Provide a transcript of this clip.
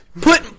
put